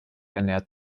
ernährt